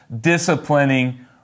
disciplining